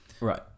Right